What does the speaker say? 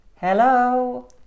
hello